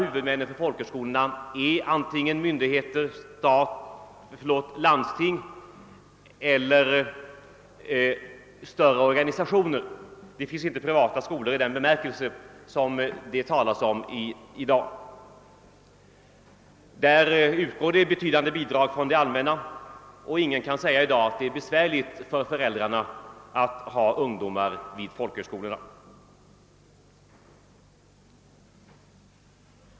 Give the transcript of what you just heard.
Huvudmännen för folkhögskolorna är antingen landsting eller större organisationer; det finns inte privata folkhög skolor i den bemärkelse som avses med privata skolor i det ärende vi nu behandlar. Till folkhögskolorna utgår betydande bidrag från det allmänna, och ingen kan säga att det i dag är ekonomiskt betungande för föräldrarna att ha ungdomar vid folkhögskola.